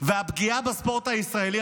והפגיעה בספורט הישראלי,